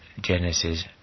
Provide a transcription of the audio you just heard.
Genesis